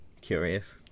curious